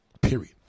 period